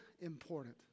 important